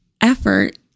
effort